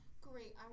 Great